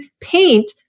paint